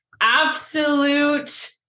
absolute